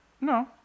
No